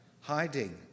hiding